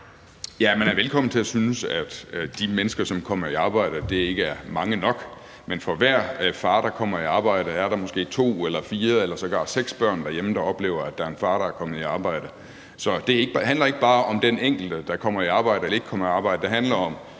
er velkommen til at synes, at de mennesker, som kommer i arbejde, ikke er mange nok, men for hver far, der kommer i arbejde, er der måske to eller fire eller sågar seks børn derhjemme, der oplever, at der er en far, der er kommet i arbejde. Så det handler ikke bare om den enkelte, der kommer i arbejde eller ikke kommer i arbejde;